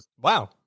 Wow